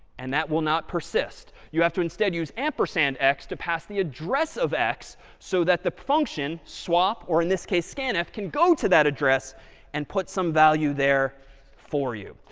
and that will not persist. you have to instead use ampersand x to pass the address of x so that the function, swap or in this case, scanf can go to that address and put some value there for you.